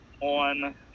on